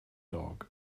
dog